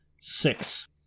Six